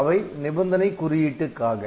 அவை நிபந்தனை குறியீட்டுகாக